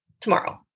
tomorrow